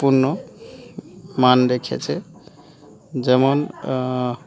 পূর্ণ মান রেখেছে যেমন